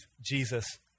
Jesus